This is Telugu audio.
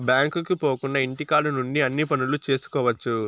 బ్యాంకుకు పోకుండా ఇంటికాడ నుండి అన్ని పనులు చేసుకోవచ్చు